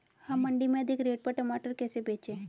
हम मंडी में अधिक रेट पर टमाटर कैसे बेचें?